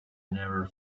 never